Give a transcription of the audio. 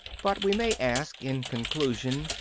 but we may ask in conclusion,